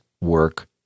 work